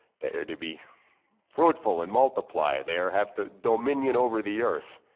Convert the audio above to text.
there to be fruitful and multiply. there have to dominion over the earth.